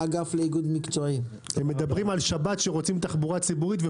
מדברים על כך שרוצים תחבורה ציבורית בשבת,